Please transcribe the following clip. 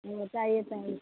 ꯑꯣ ꯇꯥꯏꯌꯦ ꯇꯥꯏꯌꯦ